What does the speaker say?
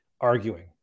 arguing